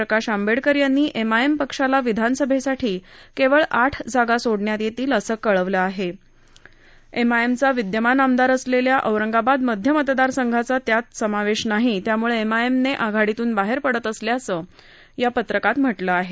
प्रकाश आंबेडकर यांनी एमआयएम पक्षाला विधानसभेसाठी केवळ आठ जागा सोडण्यात येईल असं कळवलं आहे त्यात एमआयएमचा विद्यमान आमदार असलेल्या औरंगाबाद मध्य मतदारसंघाचा समावेश या आठ जागांमध्ये नाही त्यामुळे एमआयएमनं आघाडीतून बाहेर पडत असल्याचं त्यांनी या पत्रकात म्हटलं आहे